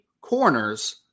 corners